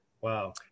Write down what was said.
Wow